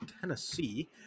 tennessee